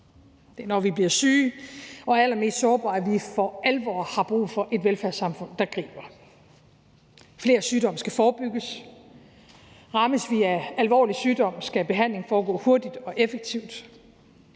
Det er, når vi bliver syge og allermest sårbare, at vi for alvor har brug for et velfærdssamfund, der griber os. Flere sygdomme skal forebygges. Rammes vi af alvorlig sygdom, skal behandlingen foregå hurtigt og effektivt.